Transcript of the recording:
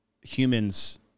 humans